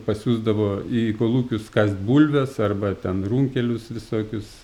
pasiųsdavo į kolūkius kast bulves arba ten runkelius visokius